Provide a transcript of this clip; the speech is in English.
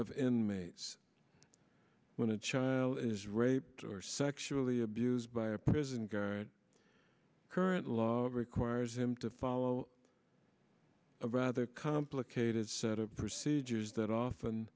of inmates when a child is raped or sexually abused by a prison guard current law requires him to follow a rather complicated set of procedures that often